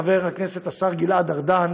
חבר הכנסת השר גלעד ארדן,